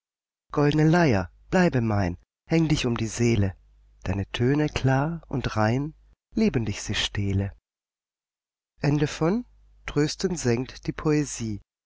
goldne leyer bleibe mein häng dich um die seele deine töne klar und rein liebend ich sie stehle